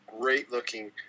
great-looking